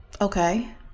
Okay